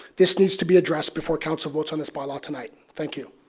this needs to be addressed before council votes on this by law tonight. thank you.